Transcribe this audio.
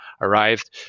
arrived